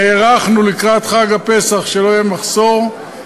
נערכנו לקראת חג הפסח שלא יהיה מחסור.